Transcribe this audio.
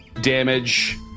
Damage